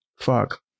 Fuck